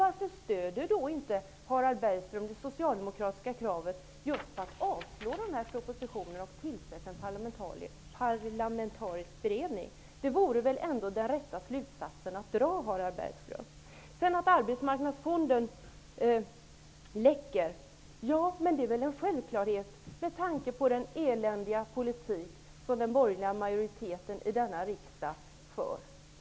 Varför stödjer då inte Harald Bergström det socialdemokratiska förslaget att avslå propositionen och tillsätta en parlamentarisk beredning? Det vore väl den rätta slutsatsen att dra, Harald Bergström. Arbetsmarknadsfonden läcker, säger Harald Bergström. Det är väl en självklarhet med tanke på den eländiga politik som den borgerliga majoriteten i denna riksdag för.